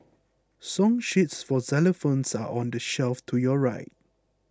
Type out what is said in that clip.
song sheets for xylophones are on the shelf to your right